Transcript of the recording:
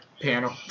panel